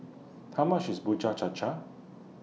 How much IS Bubur Cha Cha